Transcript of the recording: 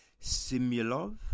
Simulov